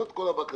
זאת כל הבקשה.